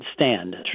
stand